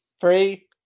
Three